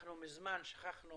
מזמן אנחנו שכחנו